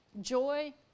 joy